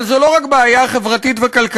אבל זו לא רק בעיה חברתית וכלכלית,